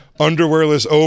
Underwearless